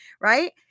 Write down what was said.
Right